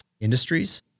industries